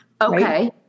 Okay